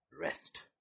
rest